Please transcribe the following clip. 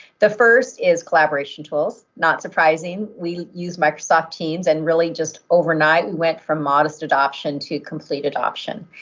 the first is collaboration tools. not surprising, we use microsoft teams and really just overnight and went from modest adoption to complete adoption.